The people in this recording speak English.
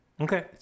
Okay